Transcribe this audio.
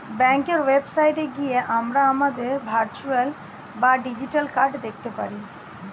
ব্যাঙ্কের ওয়েবসাইটে গিয়ে আমরা আমাদের ভার্চুয়াল বা ডিজিটাল কার্ড দেখতে পারি